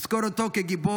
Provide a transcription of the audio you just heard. נזכור אותו כגיבור,